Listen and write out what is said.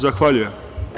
Zahvaljujem.